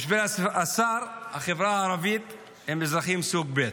בשביל השר, החברה הערבית הם אזרחים סוג ב'.